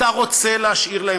אתה רוצה להשאיר להם,